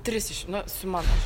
tris iš nu su mano